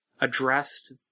addressed